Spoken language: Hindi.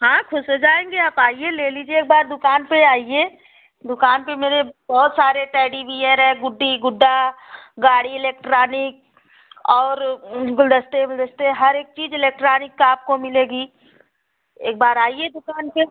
हाँ खुश हो जाऍंगे आप आइए ले लीजिए एक बार दुकान पर आइए दुकान पर मेरे बहुत सारे टैडी बियर हैं गुड्डी गुड्डा गाड़ी इलेक्ट्रॉनिक और गुलदस्ते उलदस्ते हर एक चीज इलेक्ट्रॉनिक आपको मिलेगी एक बार आइए दुकान पर